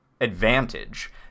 advantage